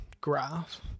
graph